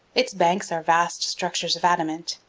its banks are vast structures of adamant,